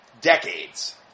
decades